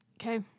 Okay